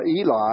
Eli